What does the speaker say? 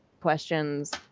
questions